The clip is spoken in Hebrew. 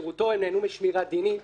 הן נהנו משמירת דינים.